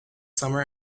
summer